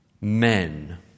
Men